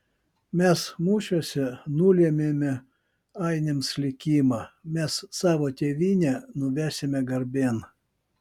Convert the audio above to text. mes mūšiuose nulėmėme ainiams likimą mes savo tėvynę nuvesime garbėn